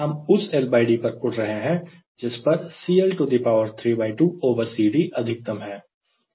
हम उस LD पर उड़ रहे हैं जिस पर CL32CD अधिकतम है